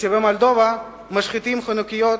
כשבמולדובה משחיתים חנוכיות,